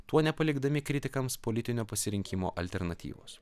tuo nepalikdami kritikams politinio pasirinkimo alternatyvos